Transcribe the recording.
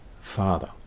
father